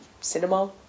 cinema